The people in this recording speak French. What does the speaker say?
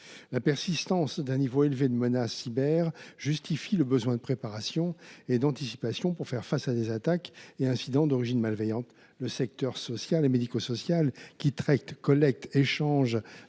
La persistance d’un niveau élevé de menace cyber justifie le besoin de préparation et d’anticipation pour faire face à des attaques et incidents d’origine malveillante. Le secteur social et médico social, (SMS) qui traite, collecte et échange